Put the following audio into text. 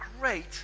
great